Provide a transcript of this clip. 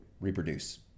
Reproduce